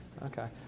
Okay